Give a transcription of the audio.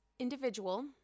individual